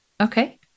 Okay